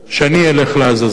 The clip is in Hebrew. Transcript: שאני אלך לעזאזל